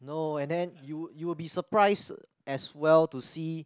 no and then you you will be surprise as well to see